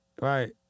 right